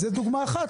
זאת דוגמה אחת.